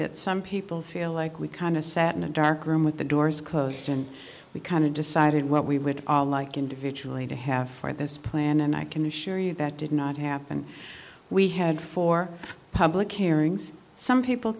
that some people feel like we kind of sat in a dark room with the doors closed and we kind of decided what we would all like individually to have for this plan and i can assure you that did not happen we had four public hearings some people